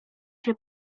się